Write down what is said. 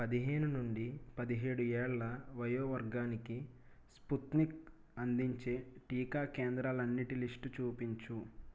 పదిహేను నుండి పదిహేడు ఏళ్ల వయో వర్గానికి స్పుత్నిక్ అందించే టీకా కేంద్రాలన్నిటి లిస్ట్ చూపించు